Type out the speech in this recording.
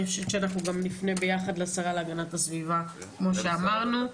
אני חושבת שאנחנו גם נפנה ביחד לשרה להגנת הסביבה כמו שאמרנו.